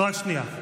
רק שנייה.